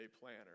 planner